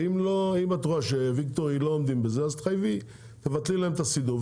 ואם את רואה שוויקטורי לדוגמה לא עומדים בזה אז תבטלי להם את הסידור,